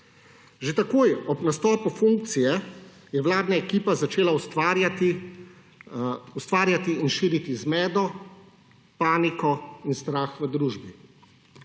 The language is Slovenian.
Že takoj ob nastopu funkcije je vladna ekipa začela ustvarjati in širiti zmedo, paniko in strah v družbi.